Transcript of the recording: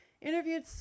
Interviewed